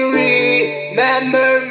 remember